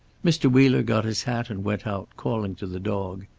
mr. wheeler got his hat and went out, calling to the dog.